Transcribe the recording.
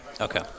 Okay